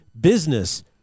business